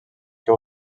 que